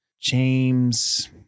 James